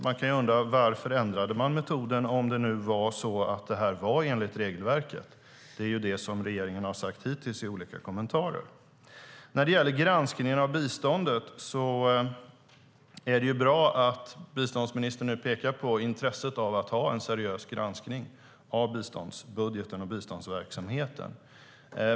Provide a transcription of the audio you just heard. Man kan undra: Varför ändrade man metoden om det var enligt regelverket, som regeringen i olika kommentarer hittills sagt att det var? När det gäller granskningen av biståndet är det bra att biståndsministern nu pekar på intresset av att ha en seriös granskning av biståndsbudgeten och biståndsverksamheten.